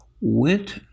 went